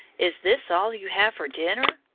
is this all you have for dinner?